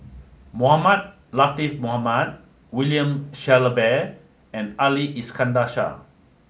Mohamed Latiff Mohamed William Shellabear and Ali Iskandar Shah